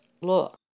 look